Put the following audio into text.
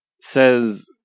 says